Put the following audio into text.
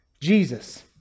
Jesus